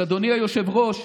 אז אדוני היושב-ראש,